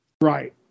Right